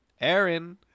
Aaron